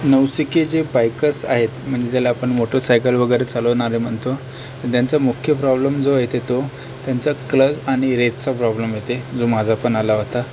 नवशिके जे बाईकर्स आहेत म्हणजे ज्याला आपण मोटरसाईकल वगैरे चालवणारे म्हणतो तर त्यांचं मुख्य प्रॉब्लम जो येते तो त्यांचा क्लच आणि रेजचा प्रॉब्लम येते जो माझापण आला होता